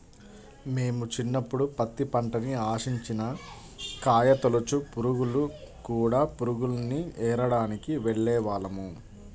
మేము చిన్నప్పుడు పత్తి పంటని ఆశించిన కాయతొలచు పురుగులు, కూడ పురుగుల్ని ఏరడానికి వెళ్ళేవాళ్ళం